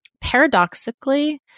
paradoxically